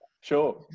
Sure